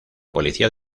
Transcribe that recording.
policía